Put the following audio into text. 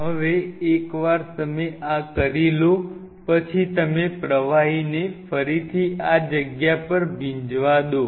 હવે એકવાર તમે આ કરી લો પછી તમે પ્રવાહીને ફરીથી આ જગ્યા પર ભીંજવા દો